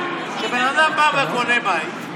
בן אדם בא וקונה בית.